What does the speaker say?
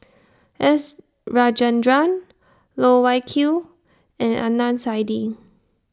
S Rajendran Loh Wai Kiew and Adnan Saidi